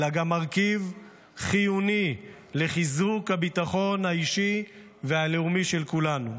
אלא גם מרכיב חיוני לחיזוק הביטחון האישי והלאומי של כולנו.